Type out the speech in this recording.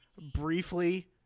briefly